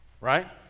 right